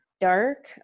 dark